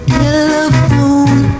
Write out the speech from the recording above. telephone